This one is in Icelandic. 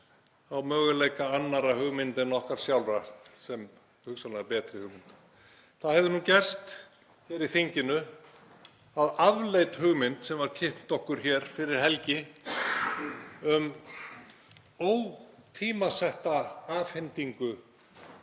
á möguleika annarra hugmynda en okkar sjálfra sem hugsanlega betri hugmynd. Nú hefur það gerst hér í þinginu hvað varðar þá afleitu hugmynd sem var kynnt okkur hér fyrir helgi um ótímasetta afhendingu